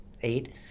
eight